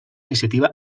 iniciativa